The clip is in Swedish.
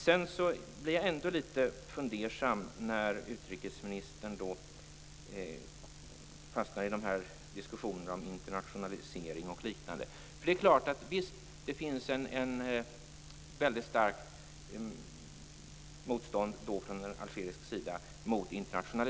Jag blir ändå litet fundersam när utrikesministern fastnar i diskussionerna om internationalisering och liknande. Det är klart att det finns ett väldigt starkt motstånd mot internationalisering från algerisk sida.